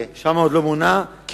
שם עוד לא מונה, מתי יהיה?